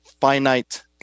finite